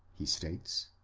he states,